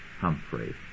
Humphrey